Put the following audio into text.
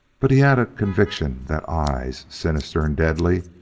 but he had a conviction that eyes, sinister and deadly,